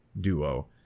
duo